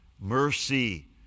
Mercy